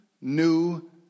new